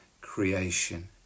creation